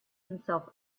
himself